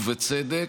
ובצדק,